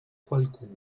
qualcuno